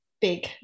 big